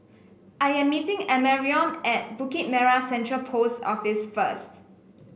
I am meeting Amarion at Bukit Merah Central Post Office first